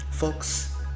Folks